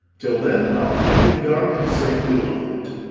till then i'll keep him dark and safely lock'd.